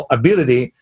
ability